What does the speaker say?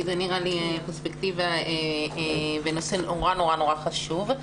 כי זו פרספקטיבה בנושא מאוד-מאוד חשוב.